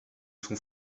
son